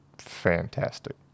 fantastic